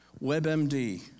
WebMD